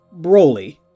Broly